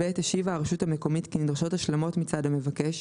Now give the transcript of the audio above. (ב)השיבה הרשות המקומית כי נדרשות השלמות מצד המבקש,